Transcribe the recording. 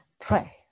pray